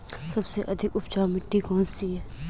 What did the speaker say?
सबसे अधिक उपजाऊ मिट्टी कौन सी है?